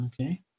okay